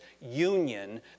union